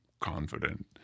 confident